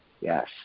Yes